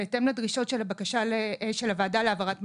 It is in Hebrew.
בהתאם לדרישות של הוועדה להעברת מידע,